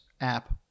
app